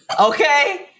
okay